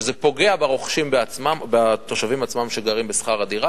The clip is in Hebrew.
שזה פוגע בתושבים שגרים בשכר הדירה